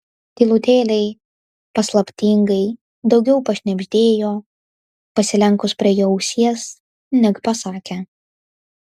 tylutėliai paslaptingai daugiau pašnibždėjo pasilenkus prie jo ausies neg pasakė